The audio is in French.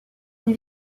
une